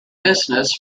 business